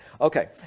Okay